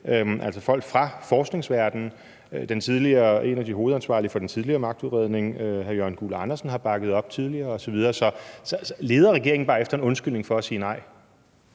altså folk fra forskningsverdenen. En af de hovedansvarlige for den tidligere magtudredning hr. Jørgen Goul Andersen har tidligere bakket op osv. Så leder regeringen bare efter en undskyldning for at sige nej?